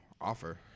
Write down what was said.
offer